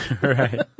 Right